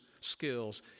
Skills